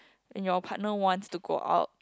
and your partner wants to go out